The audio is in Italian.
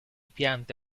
piante